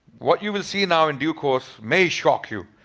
what you will see now in due course may shock you.